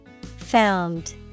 Found